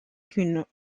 qu’une